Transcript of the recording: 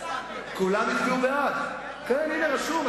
כולם הצביעו בעד, כן, הנה, רשום.